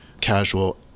casual